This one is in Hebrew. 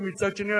ומצד שני,